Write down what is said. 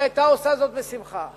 היא היתה עושה זאת בשמחה.